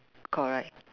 correct